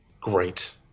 Great